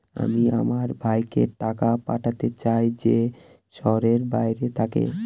আমি আমার ভাইকে টাকা পাঠাতে চাই যে শহরের বাইরে থাকে